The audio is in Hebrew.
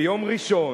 ביום ראשון,